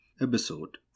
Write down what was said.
episode